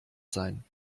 sein